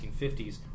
1950s